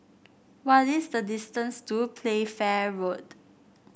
what is the distance to Playfair Road